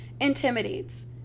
intimidates